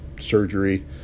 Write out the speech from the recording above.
surgery